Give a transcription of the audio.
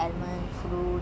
why not